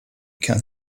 can